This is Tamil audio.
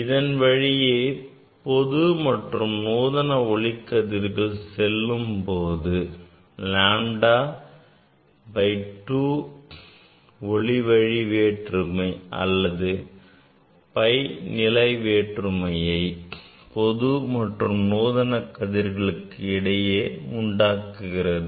இதன் வழியே பொது மற்றும் நூதன ஒளிக்கதிர்கள் செல்லும் போது lambda by 2 ஒளிவழி வேற்றுமை அல்லது pi நிலை வேற்றுமையை பொது மற்றும் நூதன ஒளிக்கதிர்களுக்கு இடையே உண்டாக்குகிறது